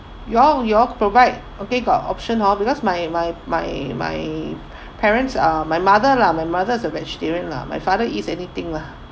you all you all provide okay got option hor because my my my my parents uh my mother lah my mother is a vegetarian lah my father eats anything lah